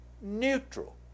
neutral